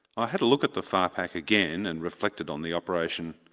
i had a look at the farpack again and reflected on the operation.